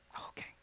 Okay